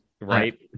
right